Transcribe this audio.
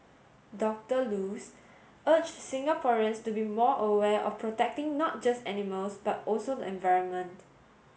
Doctor Luz urged Singaporeans to be more aware of protecting not just animals but also the environment